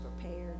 prepared